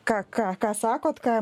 ką ką ką sakot ką